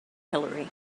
hillary